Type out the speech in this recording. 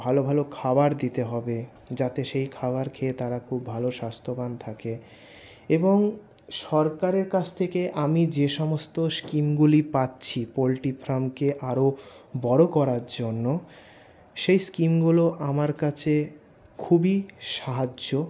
ভালো ভালো খাবার দিতে হবে যাতে সেই খাবার খেয়ে তারা খুব ভালো স্বাস্থ্যবান থাকে এবং সরকারের কাছ থেকে আমি যে সমস্ত স্কিমগুলি পাচ্ছি পোলট্রি ফার্মকে আরও বড়ো করার জন্য সেই স্কিমগুলো আমার কাছে খুবই সাহায্য